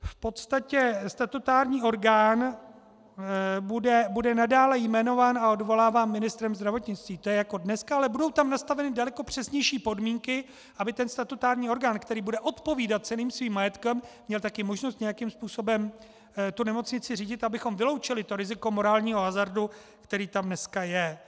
V podstatě statutární orgán bude nadále jmenován a odvoláván ministrem zdravotnictví, to je jako dneska, ale budou tam nastaveny daleko přesnější podmínky, aby ten statutární orgán, který bude odpovídat celým svým majetkem, měl taky možnost nějakým způsobem nemocnici řídit, abychom vyloučili riziko morálního hazardu, které tam dneska je.